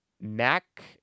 Mac